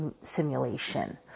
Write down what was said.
simulation